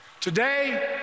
Today